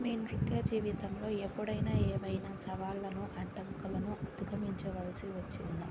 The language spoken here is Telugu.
మీ నృత్య జీవితంలో ఎప్పుడైన ఏమైన సవాళ్ళను అడ్డంకులను అధిగమించవలసి వచ్చిందా